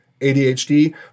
ADHD